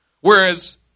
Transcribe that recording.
whereas